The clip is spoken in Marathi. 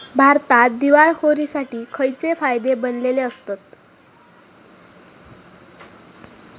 भारतात दिवाळखोरीसाठी खयचे कायदे बनलले आसत?